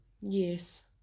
yes